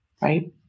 Right